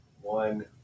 one